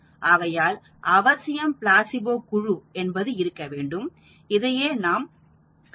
ஆகையால் அவசியம் பிளாசிபோ குழு என்பது இருக்கவேண்டும் இதையே நாம் கண் கரண்ட் கண்ட்ரோல் என்கிறோம்